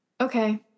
okay